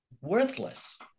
worthless